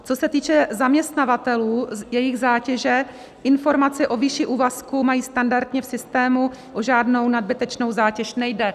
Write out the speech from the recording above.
Co se týče zaměstnavatelů, jejich zátěže, informaci o výši úvazku mají standardně v systému, o žádnou nadbytečnou zátěž nejde.